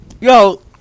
Yo